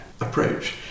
approach